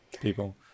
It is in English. people